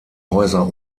häuser